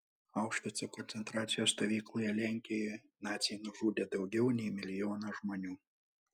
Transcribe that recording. aušvico koncentracijos stovykloje lenkijoje naciai nužudė daugiau nei milijoną žmonių